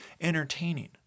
entertaining